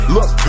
Look